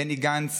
בני גנץ